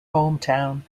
hometown